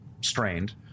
strained